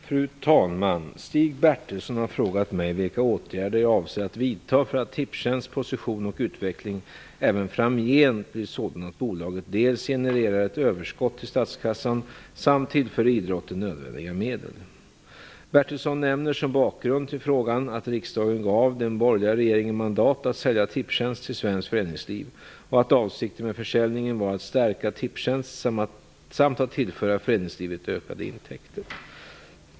Fru talman! Stig Bertilsson har frågat mig vilka åtgärder jag avser att vidta för att Tipstjänsts position och utveckling även framgent blir sådan att bolaget dels genererar ett överskott till statskassan dels tillför idrotten nödvändiga medel. Stig Bertilsson nämner som bakgrund till frågan att riksdagen gav den borgerliga regeringen mandat att sälja Tipstjänst till svenskt föreningsliv och att avsikten med försäljningen var att stärka Tipstjänst samt att tillföra föreningslivet ökade intäkter.